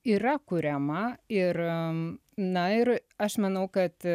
yra kuriama ir na ir aš manau kad